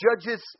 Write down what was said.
judges